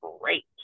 great